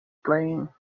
playing